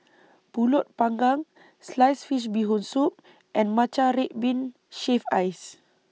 Pulut Panggang Sliced Fish Bee Hoon Soup and Matcha Red Bean Shaved Ice